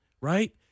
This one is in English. Right